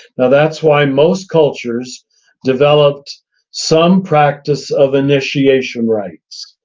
now, that's why most cultures developed some practice of initiation rites.